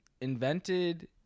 invented